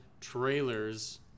trailers